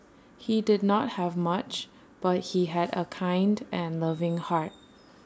he did not have much but he had A kind and loving heart